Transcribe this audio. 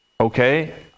okay